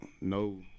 no